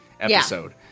episode